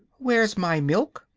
where's my milk?